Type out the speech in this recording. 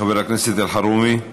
חבר הכנסת אלחרומי,